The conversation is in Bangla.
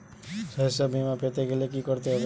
শষ্যবীমা পেতে গেলে কি করতে হবে?